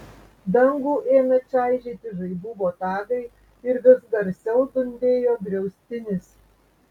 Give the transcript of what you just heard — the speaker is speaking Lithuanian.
dangų ėmė čaižyti žaibų botagai ir vis garsiau dundėjo griaustinis